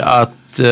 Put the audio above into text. att